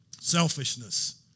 selfishness